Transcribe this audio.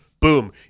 boom